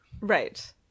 Right